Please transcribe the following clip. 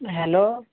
hello